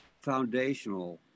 foundational